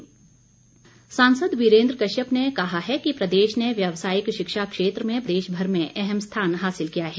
वीरेन्द्र कश्यप सांसद वीरेन्द्र कश्यप ने कहा है कि प्रदेश में व्यवसायिक शिक्षा क्षेत्र में प्रदेश भर में अहम स्थान हासिल किया है